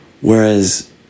Whereas